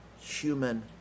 human